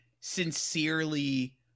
sincerely